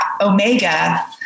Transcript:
Omega